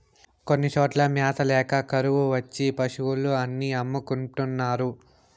కొన్ని చోట్ల మ్యాత ల్యాక కరువు వచ్చి పశులు అన్ని అమ్ముకుంటున్నారు